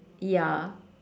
ya